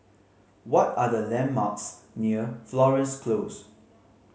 what are the landmarks near Florence Close